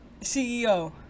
CEO